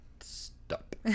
Stop